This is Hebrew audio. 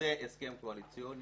זה הסכם קואליציוני.